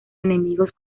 enemigos